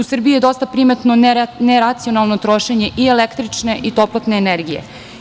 U Srbiji je dosta primetno neracionalno trošenje i električne i toplotne energije.